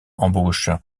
embauche